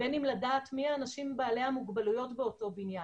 ובין אם לדעת מי האנשים בעלי המוגבלויות בבניין.